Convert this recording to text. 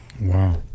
Wow